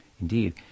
Indeed